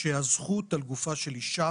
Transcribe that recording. שהזכות על גופה של אישה